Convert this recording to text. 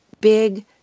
big